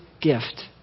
gift